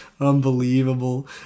Unbelievable